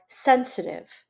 sensitive